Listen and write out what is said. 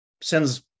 sends